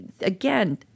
again